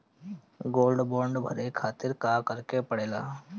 Gold bond भरे खातिर का करेके पड़ेला?